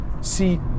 See